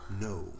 No